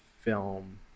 film